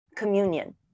communion